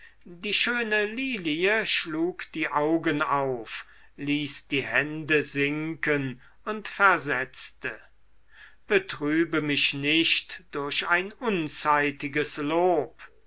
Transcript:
die schöne lilie schlug die augen auf ließ die hände sinken und versetzte betrübe mich nicht durch ein unzeitiges lob